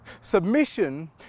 Submission